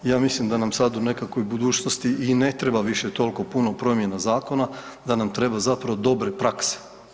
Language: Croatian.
Ja mislim da nam sada u nekakvoj budućnosti i ne treba više toliko puno promjena zakona, da nam treba zapravo dobre prakse.